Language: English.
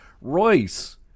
Royce